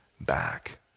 back